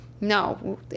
No